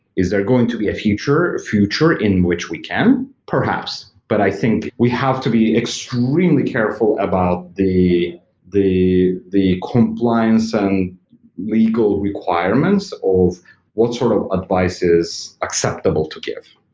is there going to be a future future in which we can? perhaps, but i think we have to be extremely careful about the the compliance and legal requirements of what sort of advice is acceptable to give.